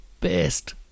best